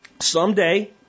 someday